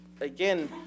again